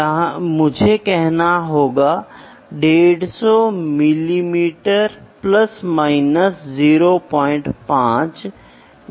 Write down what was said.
इसलिए temperature pressure vibration amplitude आदि की निगरानी उचित प्रदर्शन सुनिश्चित करने के लिए की जाती है